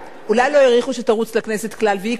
אולי לא העריכו שתרוץ לכנסת כלל ועיקר,